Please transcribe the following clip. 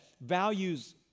values